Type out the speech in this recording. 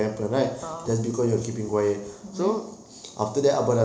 ah ah mmhmm